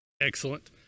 Excellent